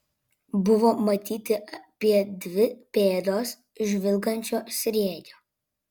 buvo matyti apie dvi pėdos žvilgančio sriegio